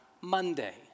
Monday